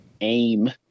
aim